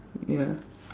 ya